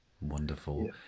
Wonderful